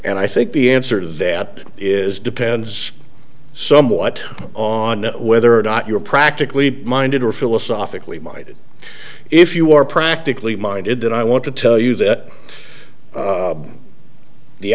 and i think the answer to that is depends somewhat on whether or not you're practically minded or philosophically minded if you are practically minded that i want to tell you that